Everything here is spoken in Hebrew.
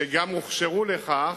שגם הוכשרו לכך,